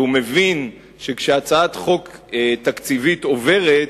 והוא מבין שכשהצעת חוק תקציבית עוברת,